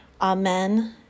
Amen